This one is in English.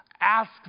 Ask